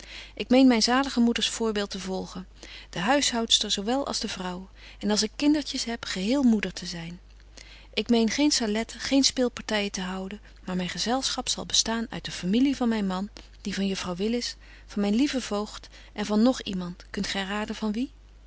ik meen myn zalige moeders voorbeeld te volgen de huishoudster zo wel als de vrouw en als ik kindertjes heb geheel moeder te zyn ik meen geen saletten geen speelpartyen te houden maar myn gezelschap zal bestaan uit de familie van myn man die van juffrouw willis van myn lieven voogd en van nog iemand kunt gy raden van wie